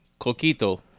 coquito